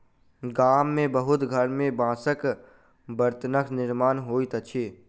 गाम के बहुत घर में बांसक बर्तनक निर्माण होइत अछि